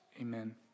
Amen